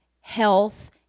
health